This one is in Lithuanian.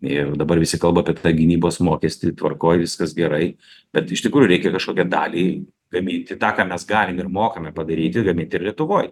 ir dabar visi kalba apie tą gynybos mokestį tvarkoj viskas gerai bet iš tikrųjų reikia kažkokią dalį gaminti tą ką mes galim ir mokame padaryti gaminti lietuvoj